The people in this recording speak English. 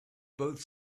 both